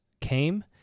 came